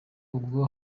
ubwo